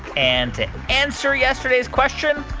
and to answer yesterday's question,